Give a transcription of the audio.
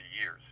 years